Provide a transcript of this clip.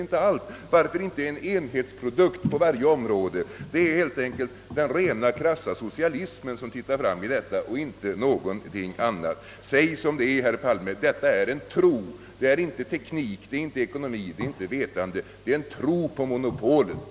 Varför har vi inte i stället en enhetsprodukt på varje område? Det är helt enkelt den rena socialismen som tittar fram här. Säg som det är herr Palme: Detta är en tro, det är inte teknik, inte ekonomi, inte vetande, utan en tro på monopolet!